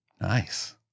Nice